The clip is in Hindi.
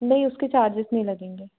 नहीं उसके चार्जेस नहीं लगेंगे